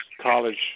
college